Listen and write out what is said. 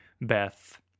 Beth